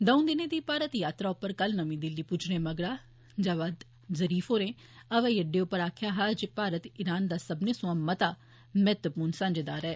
द'ऊं दिनें दी भारत यात्रा उप्पर कल नमीं दिल्ली पुज्जने मगरा जवाद जुरीफ होरें हवाई अड्डे उप्पर आक्खेआ हा जे भारत इरान दा सब्बनें सोआं मता महत्वपूर्ण साझीदार ऐ